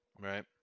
right